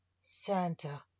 Santa